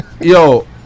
yo